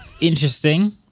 Interesting